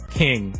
king